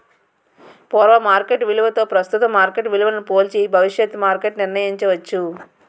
పూర్వ మార్కెట్ విలువతో ప్రస్తుతం మార్కెట్ విలువను పోల్చి భవిష్యత్తు మార్కెట్ నిర్ణయించవచ్చు